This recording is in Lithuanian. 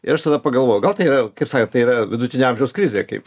ir aš tada pagalvojau gal tai yra kaip sakant tai yra vidutinio amžiaus krizė kaip